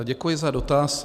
Děkuji za dotaz.